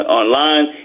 online